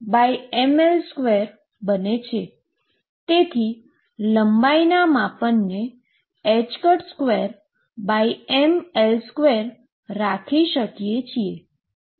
તેથી લંબાઈના માપનને 2mL2 રાખી શકીએ છીએ